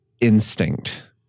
instinct